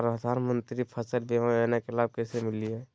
प्रधानमंत्री फसल बीमा योजना के लाभ कैसे लिये?